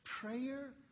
prayer